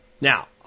Now